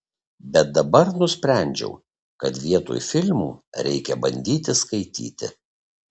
bet dabar nusprendžiau kad vietoj filmų reikia bandyti skaityti